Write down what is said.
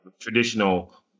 traditional